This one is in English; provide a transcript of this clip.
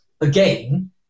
Again